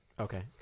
Okay